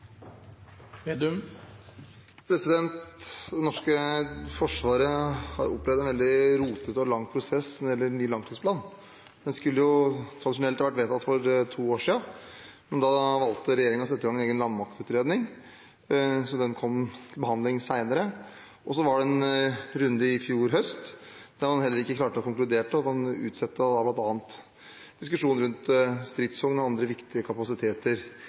norske forsvaret har opplevd en veldig rotete og lang prosess når det gjelder den nye langtidsplanen. Den skulle tradisjonelt vært vedtatt for to år siden, men da valgte regjeringen å sette i gang en egen landmaktutredning, slik at den kom til behandling senere. Så var det en runde i fjor høst, der man heller ikke klarte å konkludere. Man utsatte bl.a. diskusjonen rundt stridsvogner og andre viktige kapasiteter